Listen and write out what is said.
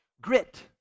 grit